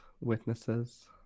witnesses